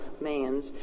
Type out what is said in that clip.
man's